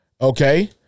okay